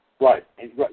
Right